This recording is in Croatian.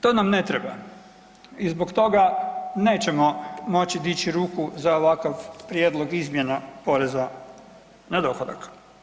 To nam ne treba i zbog toga nećemo moći dići ruku za ovakav prijedlog izmjena poreza na dohodak.